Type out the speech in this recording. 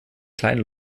kleinen